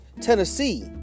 Tennessee